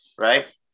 Right